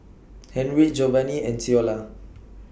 Henriette Jovani and Ceola